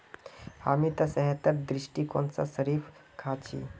हामी त सेहतेर दृष्टिकोण स शरीफा खा छि